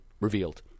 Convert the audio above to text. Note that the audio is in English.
revealed